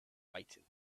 fighting